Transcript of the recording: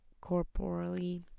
corporally